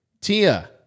Tia